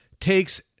takes